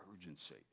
urgency